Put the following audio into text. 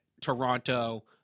Toronto